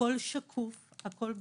הכול שקוף, הכול ברור.